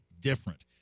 different